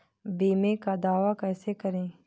बीमे का दावा कैसे करें?